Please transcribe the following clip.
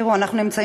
אינו נוכח.